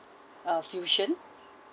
uh fusion